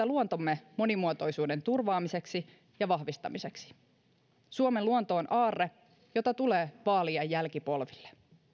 luontomme monimuotoisuuden turvaamiseksi ja vahvistamiseksi suomen luonto on aarre jota tulee vaalia jälkipolville